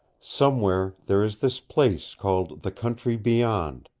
somewhere there is this place called the country beyond.